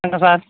வணக்கம் சார்